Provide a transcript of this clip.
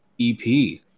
EP